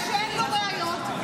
שיודע שאין לו ראיות,